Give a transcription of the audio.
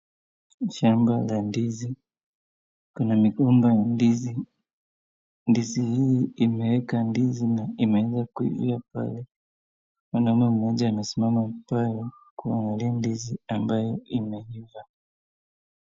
Shamba la ndizi, kuna migomba ya ndizi. Ndizi hii imeeka ndizi na imeivia pale. Mwanaume mmoja amesimama pale kuangalia ndizi ambayo imeiva.